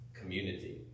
community